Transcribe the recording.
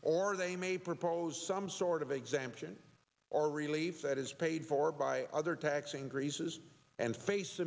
or they may propose some sort of exemption or relief that is paid for by other tax increases and face the